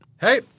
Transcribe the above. Hey